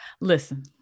Listen